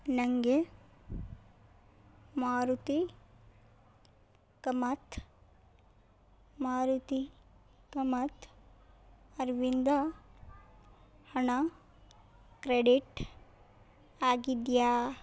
ನನಗೆ ಮಾರುತಿ ಕಮತ್ ಮಾರುತಿ ಕಮತ್ ಅವರಿಂದ ಹಣ ಕ್ರೆಡಿಟ್ ಆಗಿದೆಯಾ